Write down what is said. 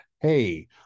hey